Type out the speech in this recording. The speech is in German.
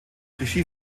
regie